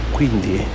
Quindi